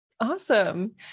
Awesome